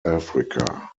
africa